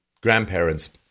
grandparents